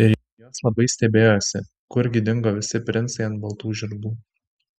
ir jos labai stebėjosi kurgi dingo visi princai ant baltų žirgų